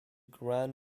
gran